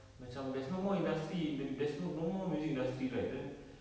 macam there's no more industry ther~ there's no no more music industry right then